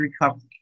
recovery